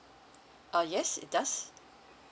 uh yes it does